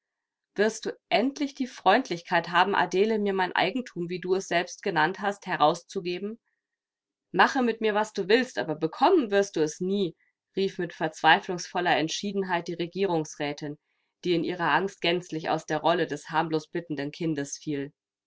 wirst du endlich die freundlichkeit haben adele mir mein eigentum wie du es selbst genannt hast herauszugeben mache mit mir was du willst aber bekommen wirst du es nie rief mit verzweiflungsvoller entschiedenheit die regierungsrätin die in ihrer angst gänzlich aus der rolle des harmlos bittenden kindes fiel